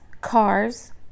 cars